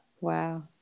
Wow